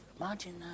Imagine